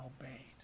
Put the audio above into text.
obeyed